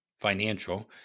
Financial